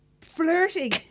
flirting